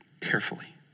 carefully